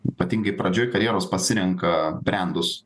ypatingai pradžioj karjeros pasirenka brendus